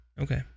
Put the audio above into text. okay